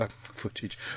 footage